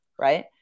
right